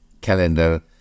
calendar